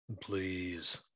please